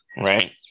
right